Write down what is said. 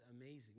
amazing